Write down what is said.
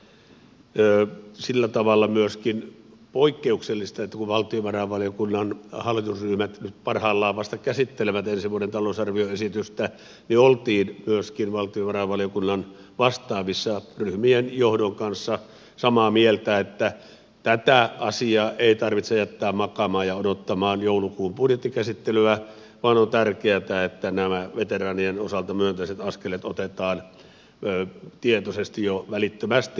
se on myöskin sillä tavalla poikkeuksellista että kun valtiovarainvaliokunnan hallitusryhmät nyt parhaillaan vasta käsittelevät ensi vuoden talousarvioesitystä niin oltiin myöskin valtiovarainvaliokunnan vastaavissa ryhmien johdon kanssa samaa mieltä että tätä asiaa ei tarvitse jättää makaamaan ja odottamaan joulukuun budjettikäsittelyä vaan on tärkeätä että nämä veteraanien osalta myönteiset askeleet otetaan tietoisesti jo välittömästi